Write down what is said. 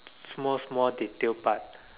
small small detail part